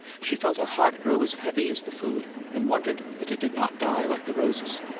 she felt her heart grow as heavy as the food, and wondered that it did not die like the roses.